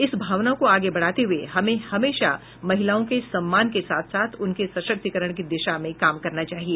इस भावना को आगे बढ़ाते हुए हमें हमेशा महिलाओं के सम्मान के साथ साथ उनके सशक्तिकरण की दिशा में काम करना चाहिए